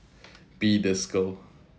be this cold